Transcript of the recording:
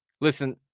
Listen